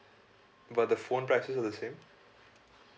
but the phone prices are the same